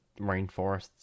rainforests